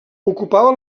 ocupava